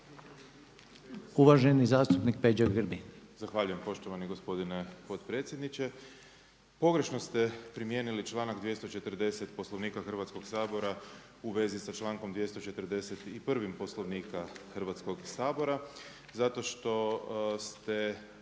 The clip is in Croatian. Uvaženi zastupnik Peđa Grbin.